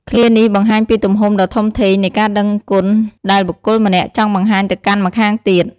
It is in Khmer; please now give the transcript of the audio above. ឃ្លានេះបង្ហាញពីទំហំដ៏ធំធេងនៃការដឹងគុណដែលបុគ្គលម្នាក់ចង់បង្ហាញទៅកាន់ម្ខាងទៀត។